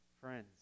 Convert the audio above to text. friends